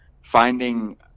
finding –